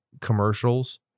commercials